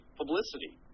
publicity